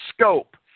scope